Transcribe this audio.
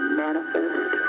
manifest